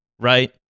right